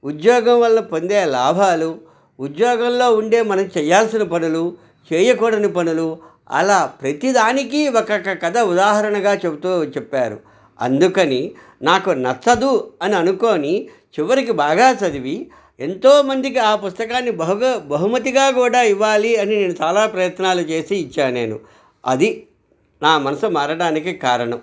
ఉద్యోగం వల్ల పొందే లాభాలు ఉద్యోగంలో ఉండే మనం చెయ్యాల్సిన పనులు చెయ్యకూడని పనులు అలా ప్రతీదానికి ఒకొక్క కథ ఉదాహరణగా చెబుతూ చెప్పారు అందుకని నాకు నచ్చదు అని అనుకొని చివరికి బాగా చదివి ఎంతోమందికి ఆ పుస్తకాన్ని బహుగా బహుమతిగా కూడా ఇవ్వాలి అని నేను చాలా ప్రయత్నాలు చేసి ఇచ్చాను నేను అది నా మనసు మారడానికి కారణం